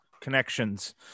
connections